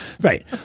Right